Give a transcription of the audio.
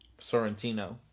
sorrentino